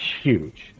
huge